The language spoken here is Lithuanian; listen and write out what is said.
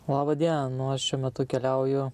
lba diena nu aš šiuo metu keliauju